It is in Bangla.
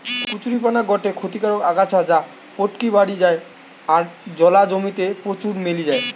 কচুরীপানা গটে ক্ষতিকারক আগাছা যা পটকি বাড়ি যায় আর জলা জমি তে প্রচুর মেলি যায়